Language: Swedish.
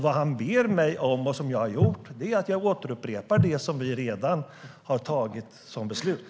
Det han ber mig om och som jag gjort är att jag återupprepar det som vi redan har tagit som beslut.